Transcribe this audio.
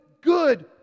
good